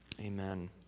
Amen